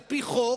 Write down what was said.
על-פי חוק,